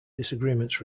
disagreements